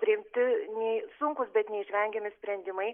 priimti nei sunkūs bet neišvengiami sprendimai